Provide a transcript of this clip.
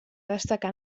destacar